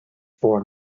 for